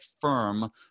firm